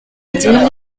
digne